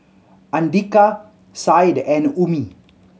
Andika Said and Ummi